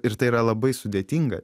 ir tai yra labai sudėtinga